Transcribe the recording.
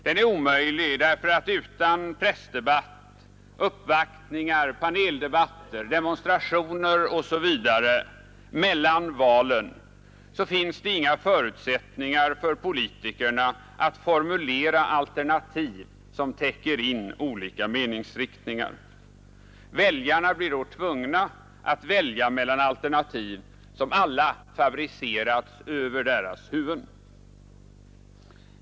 Den är omöjlig därför att utan pressdebatt, uppvaktningar, paneldebatter, demonstrationer osv. mellan valen finns det inga förutsättningar för politikerna att formulera alternativ som täcker in olika meningsriktningar. Väljarna blir då tvungna att välja mellan alternativ som alla fabricerats över deras huvuden.